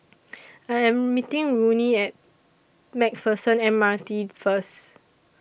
I Am meeting Rodney At MacPherson M R T First